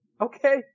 Okay